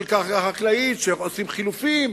של קרקע חקלאית, שעושים חילופים.